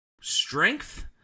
strength